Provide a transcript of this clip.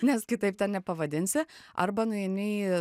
nes kitaip ten nepavadinsi arba nueini į